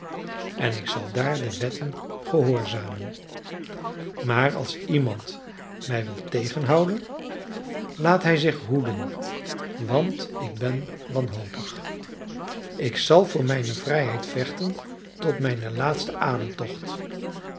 en ik zal daar de wetten gehoorzamen maar als iemand mij wil tegenhouden laat hij zich hoeden want ik ben wanhopig ik zal voor mijne vrijheid vechten tot mijnen laatsten